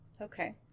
Okay